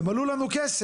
הם עלו לנו כסף,